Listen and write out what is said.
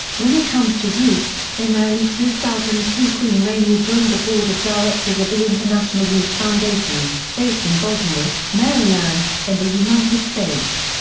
when it comes to youth, in early two thousand and two queen rania joined the board of directors of the international youth foundation, based in baltimore, maryland, in the united states.